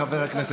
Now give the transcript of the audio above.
חבר הכנסת גנץ.